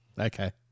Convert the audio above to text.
Okay